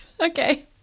Okay